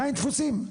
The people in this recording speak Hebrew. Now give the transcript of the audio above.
עדיין תפוסים?